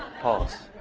pulse,